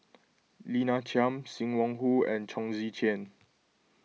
Lina Chiam Sim Wong Hoo and Chong Tze Chien